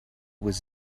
was